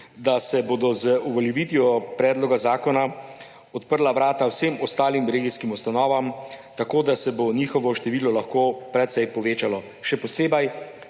da se bodo z uveljavitvijo predloga zakona odprla vrata vsem ostalim regijskim ustanovam, tako da se bo njihovo število lahko precej povečalo, še posebej,